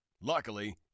Luckily